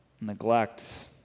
neglect